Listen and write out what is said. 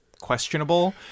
questionable